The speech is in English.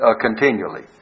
continually